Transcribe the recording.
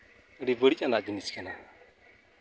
ᱟᱹᱰᱤ ᱵᱟᱹᱲᱤᱡ ᱟᱱᱟᱜ ᱡᱤᱱᱤᱥ ᱠᱟᱱᱟ